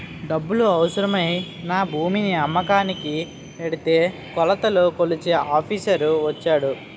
డబ్బులు అవసరమై నా భూమిని అమ్మకానికి ఎడితే కొలతలు కొలిచే ఆఫీసర్ వచ్చాడు